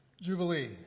Jubilee